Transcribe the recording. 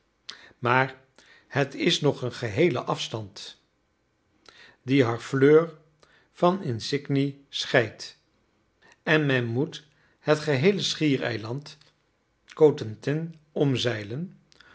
maar het is nog een geheele afstand die harfleur van isigny scheidt en men moet het geheele schiereiland cotentin omzeilen